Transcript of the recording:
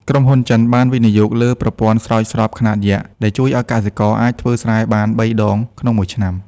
ក្រុមហ៊ុនចិនបានវិនិយោគលើប្រព័ន្ធស្រោចស្រពខ្នាតយក្ស ដែលជួយឱ្យកសិករអាចធ្វើស្រែបាន ៣ ដងក្នុងមួយឆ្នាំ។